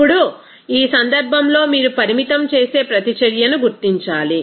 ఇప్పుడు ఈ సందర్భంలో మీరు పరిమితం చేసే ప్రతిచర్యను గుర్తించాలి